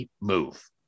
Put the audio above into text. move